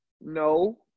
No